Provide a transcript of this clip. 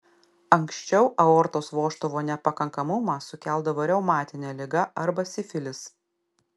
anksčiau aortos vožtuvo nepakankamumą sukeldavo reumatinė liga arba sifilis